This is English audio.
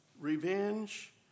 revenge